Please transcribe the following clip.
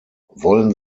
wollen